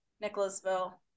Nicholasville